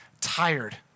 tired